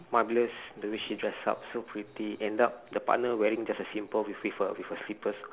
marvellous the way she dress up so pretty end up the partner wearing just a simple with a with a slippers